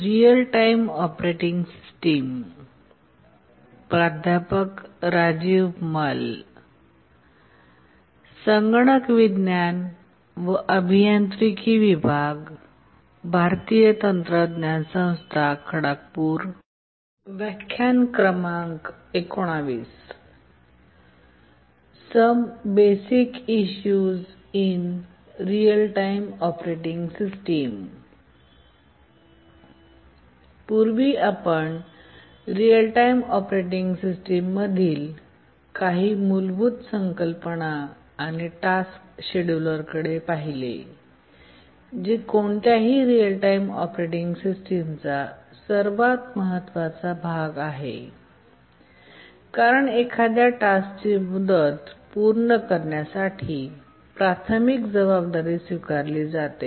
पूर्वी आपण real time operating सिस्टममधील काही मूलभूत संकल्पना आणि टास्क शेड्यूलरकडे पाहिले जे कोणत्याही रिअल टाईम ऑपरेटिंग सिस्टमचा सर्वात महत्वाचा भाग आहे कारण एखाद्या टास्कची मुदत पूर्ण करण्यासाठी प्राथमिक जबाबदारी स्वीकारली जाते